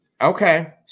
Okay